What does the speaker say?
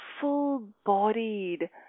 full-bodied